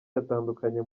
yatandukanye